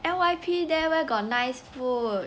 N_Y_P there where got nice food